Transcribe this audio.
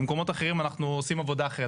במקומות אחרים אנחנו עושים עבודה אחרת,